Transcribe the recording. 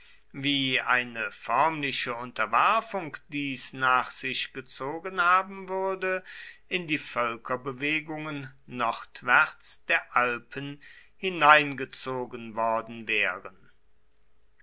wie eine förmliche unterwerfung dies nach sich gezogen haben würde in die völkerbewegungen nordwärts der alpen hineingezogen worden wären